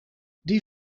die